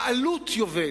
בעלות יובל.